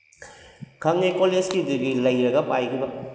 ꯈꯪꯉꯦ ꯀꯣꯂꯤꯁꯀꯤ ꯗꯤꯒ꯭ꯔꯤ ꯂꯩꯔꯒ ꯄꯥꯏꯈꯤꯕ